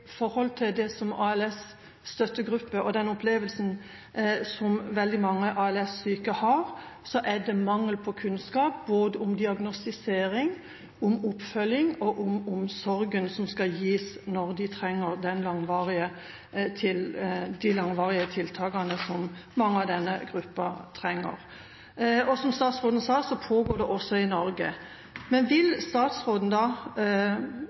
ALS’ støttegruppes engasjement og den opplevelsen veldig mange ALS-syke har, er det mangel på kunnskap både om diagnostisering, om oppfølging og om omsorgen som skal gis når man trenger langvarige tiltak – som mange i denne gruppa trenger. Som statsråden sa, pågår det også i Norge. Vil statsråden